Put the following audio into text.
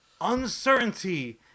uncertainty